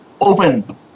open